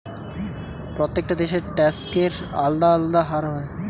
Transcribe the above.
প্রত্যেকটা দেশে ট্যাক্সের আলদা আলদা হার হয়